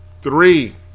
three